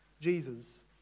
Jesus